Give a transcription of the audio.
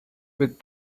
with